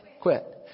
quit